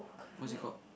what is it called